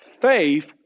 Faith